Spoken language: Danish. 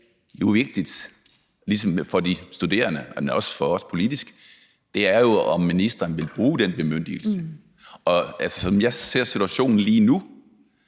det vigtigt, ligesom for de studerende, men også for os politisk, om ministeren vil bruge den bemyndigelse. Som jeg ser situationen lige nu,